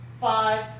five